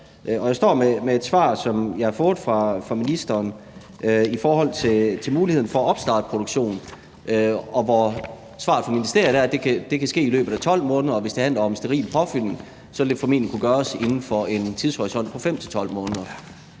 Jeg står med et svar, som jeg har fået fra ministeren, om muligheden for at opstarte produktion, og svaret fra ministeriet er, at det kan ske i løbet af 12 måneder, og hvis det handler om steril påfyldning, vil det formentlig kunne gøres inden for en tidshorisont på 5-12 måneder.